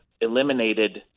eliminated